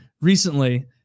recently